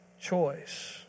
choice